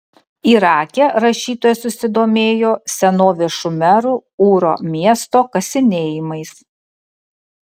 irake rašytoja susidomėjo senovės šumerų ūro miesto kasinėjimais